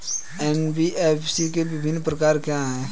NBFC के विभिन्न प्रकार क्या हैं?